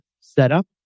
setup